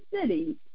city